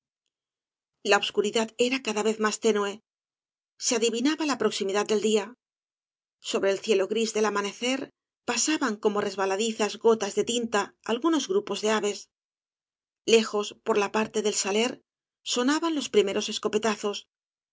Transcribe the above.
la obscuridad era cada vez más tenue se adivinaba la proximidad del día sobre el cielo gris del amanecer pasaban como resbaladizas gotas de tinta algunos grupos de aves lejos por la parte del saler sonaban los primeros escopetazos